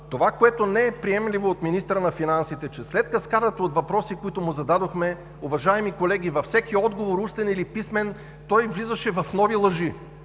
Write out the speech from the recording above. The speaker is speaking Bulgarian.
това, което не е приемливо от министъра на финансите, че след каскадата от въпроси, които му зададохме, уважаеми колеги, във всеки отговор – устен или писмен, той влизаше в нови лъжи.